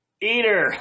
Eater